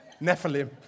Nephilim